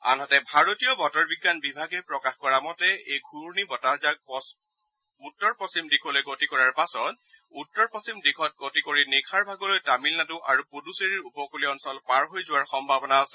আনহাতে ভাৰতীয় বতৰ বিজ্ঞান বিভাগে প্ৰকাশ কৰা মতে এই ঘূৰ্ণী বতাহজাক পশ্চিম উত্তৰ পশ্চিম দিশলৈ গতি কৰাৰ পাছত উত্তৰ পশ্চিম দিশত গতি কৰি নিশাৰ ভাগলৈ তামিলনাডু আৰু পুডুচেৰীৰ উপকলীয় অঞ্চল পাৰ হৈ যোৱাৰ সম্ভাবনা আছে